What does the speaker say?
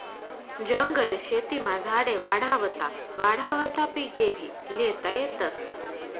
जंगल शेतीमा झाडे वाढावता वाढावता पिकेभी ल्हेता येतस